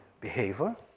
behavior